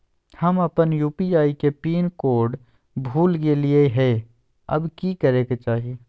हम अपन यू.पी.आई के पिन कोड भूल गेलिये हई, अब की करे के चाही?